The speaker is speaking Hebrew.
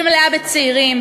שמלאה בצעירים,